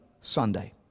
sunday